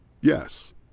Yes